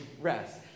rest